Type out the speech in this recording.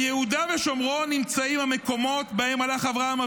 מה אתה עושה בחיים?